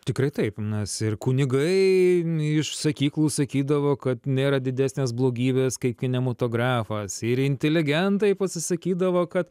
tikrai taip nes ir kunigai iš sakyklų sakydavo kad nėra didesnės blogybės kaip kinematografas ir intiligentai pasisakydavo kad